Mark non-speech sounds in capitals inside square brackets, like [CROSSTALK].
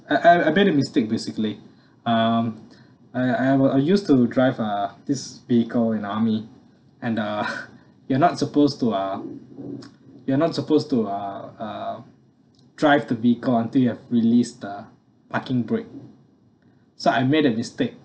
I I made a mistake basically um I I will I used to drive uh this vehicle in army and uh [LAUGHS] you're not supposed to uh you're not supposed to uh drive the vehicle until you have released the parking brake so I made a mistake